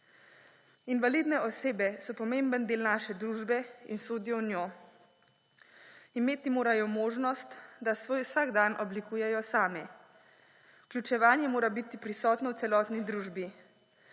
Invalidne osebe so pomemben del naše družbe in sodijo v njo. Imeti morajo možnost, da svoj vsakdan oblikujejo same. Vključevanje mora biti prisotno v celotni družbi.